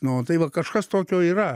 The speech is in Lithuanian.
nu tai va kažkas tokio yra